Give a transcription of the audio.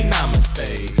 Namaste